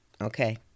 Okay